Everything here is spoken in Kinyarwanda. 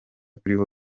turiho